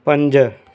पंज